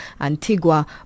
Antigua